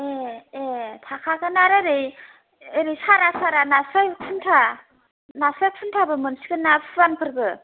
ए ए थाखागोन आरो ओरै ओरै सारा सारा नास्राय खुन्था नास्राय खुन्थाबो मोनसिगोन ना फुवानफोरबो